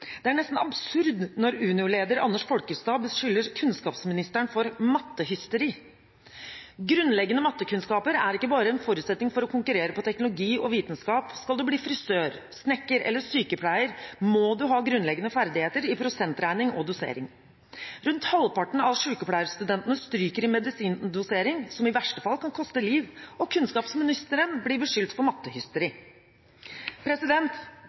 Det er nesten absurd når Unio-leder Anders Folkestad beskylder kunnskapsministeren for mattehysteri. Grunnleggende mattekunnskaper er ikke bare en forutsetning for å konkurrere på teknologi og vitenskap. Skal du bli frisør, snekker eller sykepleier, må du ha grunnleggende ferdigheter i prosentregning og dosering. Rundt halvparten av sykepleierstudentene stryker i medisindosering, som i verste fall kan koste liv, og kunnskapsministeren blir beskyldt for mattehysteri.